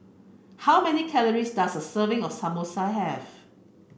how many calories does a serving of Samosa have